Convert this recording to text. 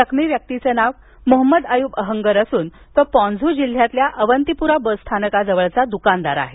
जखमी व्यक्तीचं नाव मोहम्मद अयुब अहंगर असून तो पाँझू जिल्ह्यातील अवंतीपोरा बस स्थानकाजवळील दुकानदार आहे